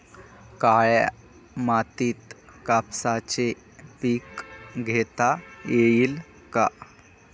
काळ्या मातीत कापसाचे पीक घेता येईल का?